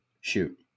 shoot